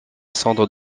centre